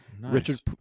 richard